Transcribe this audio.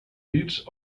dits